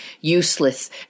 useless